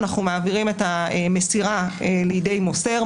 אנחנו מעבירים את המסירה לידי מוסר.